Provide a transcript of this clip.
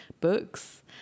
books